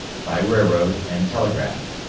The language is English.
by railroad and telegraph.